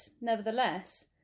nevertheless